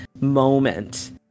moment